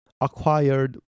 acquired